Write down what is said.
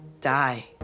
die